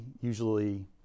usually